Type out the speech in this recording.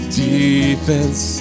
defense